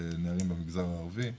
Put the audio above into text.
לנערים במגזר הערבי.